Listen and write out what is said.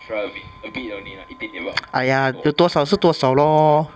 !aiya! 有多少是多少 lor